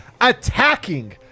attacking